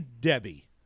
Debbie